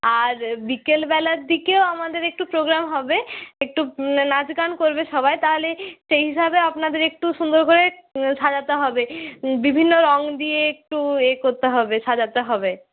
আর বিকেলবেলার দিকেও আমাদের একটু প্রোগ্রাম হবে একটু নাচ গান করবে সবাই তাহলে সেই হিসাবেও আপনাদের একটু সুন্দর করে সাজাতে হবে বিভিন্ন রঙ দিয়ে একটু করতে হবে সাজাতে হবে